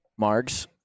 margs